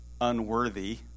unworthy